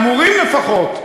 אמורים לפחות.